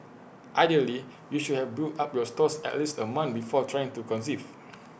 ideally you should have built up your stores at least A month before trying to conceive